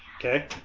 Okay